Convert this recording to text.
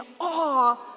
awe